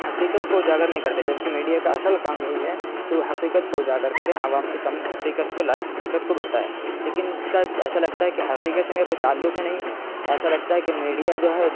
حقیقت کو اجاگر نہیں کرتے جبکہ میڈیا کا اصل کام یہی ہے کہ وہ حقیقت کو اجاگر کرے عوام کے سامنے حقیقت کو لائے حقیقت کو بتائے لیکن اس کا ایسا لگتا ہے کہ حقیقت سے ان کا کوئی تعلق ہی نہیں ہے ایسا لگتا ہے کہ میڈیا جو ہے